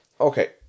Okay